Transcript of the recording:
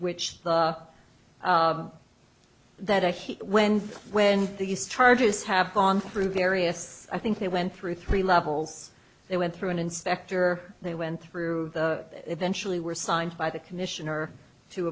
which that i hate when when these charges have gone through various i think they went through three levels they went through an inspector they went through eventually were signed by the commissioner to